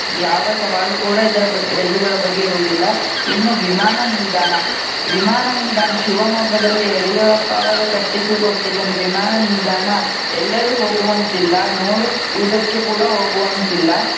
ಯಾವ ಸವಾಲು ಕೂಡ ಇದರ ಬಗ್ಗೆ ರೈಲುಗಳ ಬಗ್ಗೆ ಇರುವುದಿಲ್ಲ ಇನ್ನು ವಿಮಾನ ನಿಲ್ದಾಣ ವಿಮಾನ ನಿಲ್ದಾಣ ಶಿವಮೊಗ್ಗದಲ್ಲಿ ಯುಡಿಯೂರಪ್ಪ ಅವರು ಕಟ್ಟಿಸಿಕೊಟ್ಟಿದನೆ ವಿಮಾನ ನಿಲ್ದಾಣ ಎಲ್ಲರೂ ಹೋಗುವಂತಿಲ್ಲ ನೋಡುವುದಕ್ಕೆ ಕೂಡ ಹೋಗುವಂತಿಲ್ಲ